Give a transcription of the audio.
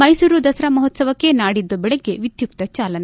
ಮೈಸೂರು ದಸರಾ ಮಹೋತ್ವವಕ್ಕೆ ನಾಡಿದ್ದು ಬೆಳಿಗ್ಗೆ ವಿದ್ಯುಕ್ತ ಚಾಲನೆ